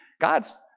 God's